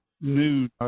new